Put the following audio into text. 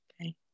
Okay